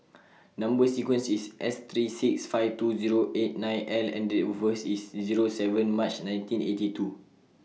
Number sequence IS S three six five two Zero eight nine L and Date of birth IS Zero seven March nineteen eighty two